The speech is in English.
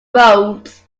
roads